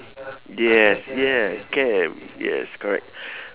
yes yeah can yes correct